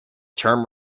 term